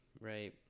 right